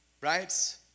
Right